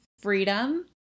freedom